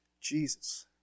Jesus